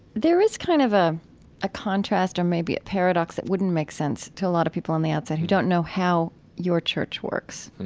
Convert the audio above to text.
there is kind of a a contrast or maybe a paradox that wouldn't make sense to a lot of people in the outside, who don't know how your church works. and